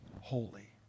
holy